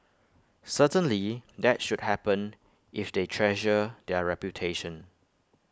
certainly that should happen if they treasure their reputation